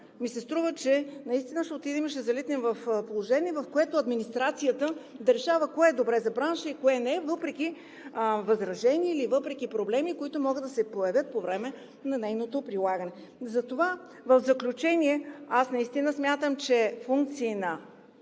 ми се струва, че наистина ще залитнем в положението, когато администрацията ще решава кое е добре за бранша и кое не, въпреки възраженията или въпреки проблемите, които могат да се появят по време на нейното прилагане. В заключение, наистина смятам, че функции на